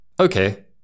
Okay